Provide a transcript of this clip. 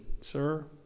Sir